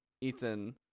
Ethan